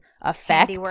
effect